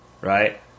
right